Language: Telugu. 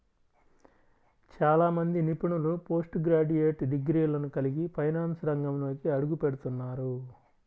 చాలా మంది నిపుణులు పోస్ట్ గ్రాడ్యుయేట్ డిగ్రీలను కలిగి ఫైనాన్స్ రంగంలోకి అడుగుపెడుతున్నారు